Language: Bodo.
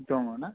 दङना